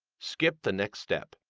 skip the next step.